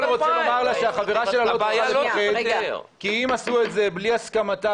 רוצה לומר לה שהחברה שלה לא צריכה לפחד כי אם עשו את זה בלי הסכמתה